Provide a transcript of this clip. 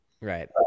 Right